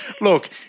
Look